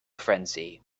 frenzy